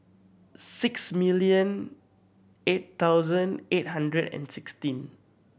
six million eight thousand eight hundred and sixteen